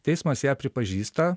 teismas ją pripažįsta